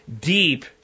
deep